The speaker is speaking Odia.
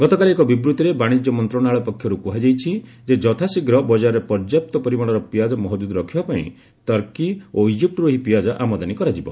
ଗତକାଲି ଏକ ବିବୂଭିରେ ବାଣିଜ୍ୟ ମନ୍ତ୍ରଣାଳୟ ପକ୍ଷରୁ କୁହାଯାଇଛି ଯେ ଯଥାଶୀଘ୍ର ବଜାରରେ ପର୍ଯ୍ୟାପ୍ତ ପରିମାଣର ପିଆଜ ମହଜୁଦ ରଖିବା ପାଇଁ ତର୍କି ଓ ଇଜିପ୍ଟରୁ ଏହି ପିଆଜ ଆମଦାନୀ କରାଯିବ